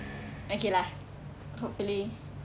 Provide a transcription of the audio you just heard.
okay lah hopefully